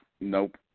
Nope